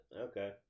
Okay